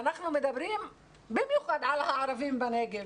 ואנחנו מדברים במיוחד על הערבים בנגב.